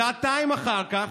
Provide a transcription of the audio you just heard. שעתיים אחר כך,